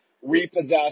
repossessed